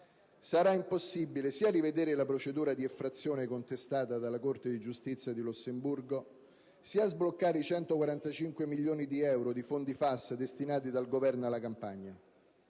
sarà impossibile sia rivedere la procedura di infrazione contestata dalla Corte di giustizia di Lussemburgo, sia sbloccare i 145 milioni di euro di fondi FAS destinati dal Governo alla Campania.